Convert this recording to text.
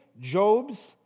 Job's